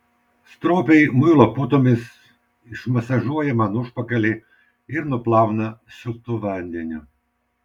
stropiai muilo putomis išmasažuoja man užpakalį ir nuplauna šiltu vandeniu